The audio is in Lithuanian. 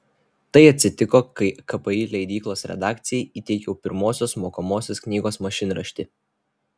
tai atsitiko kai kpi leidyklos redakcijai įteikiau pirmosios mokomosios knygos mašinraštį